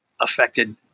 affected